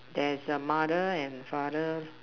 there's a mother and father